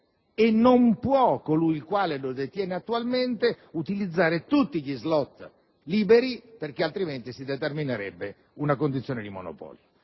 e colui il quale lo detiene attualmente non può utilizzare tutti gli *slot* liberi perché altrimenti si determinerebbe una condizione di monopolio.